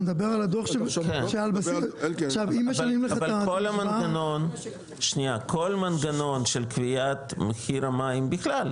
אני מדבר על דוח שעל בסיס --- אבל כל מנגנון של קביעת מחיר המים בכלל,